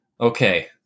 Okay